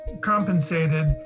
compensated